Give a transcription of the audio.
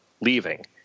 leaving